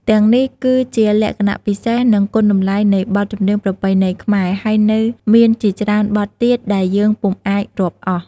ទាំងនេះគឺជាលក្ខណៈពិសេស និងគុណតម្លៃនៃបទចម្រៀងប្រពៃណីខ្មែរ ហើយនៅមានជាច្រើនបទទៀតដែលយើងពុំអាចរាប់អស់។